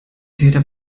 täter